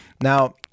Now